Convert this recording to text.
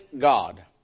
God